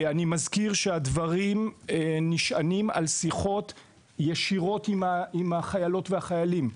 אני מזכיר שהדברים נשענים על שיחות ישירות עם החיילות והחיילים.